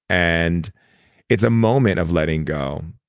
and it's a moment of letting go.